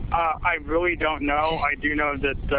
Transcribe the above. i really don't know. i do know that,